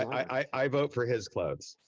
i vote for his clothes.